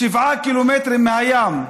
שבעה קילומטרים מהים.